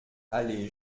allée